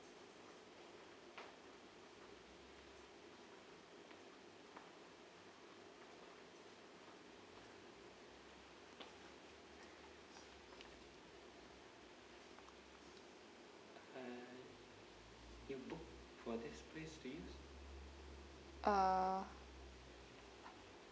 ah